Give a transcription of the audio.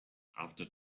after